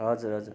हजुर हजुर